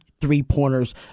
three-pointers